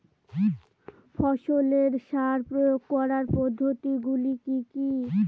ফসলের সার প্রয়োগ করার পদ্ধতি গুলো কি কি?